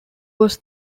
was